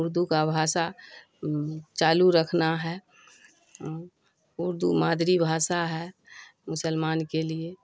اردو کا بھاشا چالو رکھنا ہے اردو مادری بھاشا ہے مسلمان کے لیے